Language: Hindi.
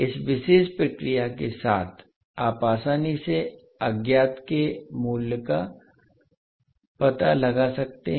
इस विशेष प्रक्रिया के साथ आप आसानी से अज्ञात के वैल्यू का पता लगा सकते हैं